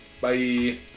Bye